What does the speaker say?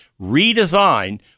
redesign